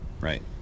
Right